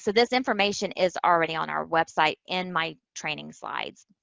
so this information is already on our website in my training slides.